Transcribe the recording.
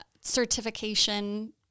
certification